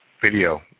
video